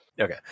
Okay